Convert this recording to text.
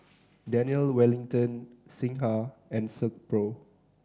Daniel Wellington Singha and Silkpro